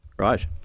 Right